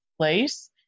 place